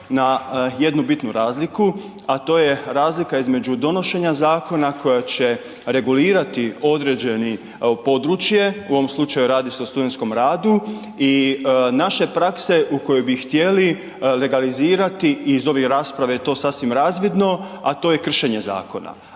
na jednu bitnu razliku, a to je razlika između donošenja zakona koja će regulirati određeni područje, u ovom slučaju radi se o studentskom radu i naše prakse u kojoj bi htjeli legalizirati, iz ove rasprave je to sasvim razvidno, a to je kršenje zakona.